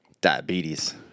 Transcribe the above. Diabetes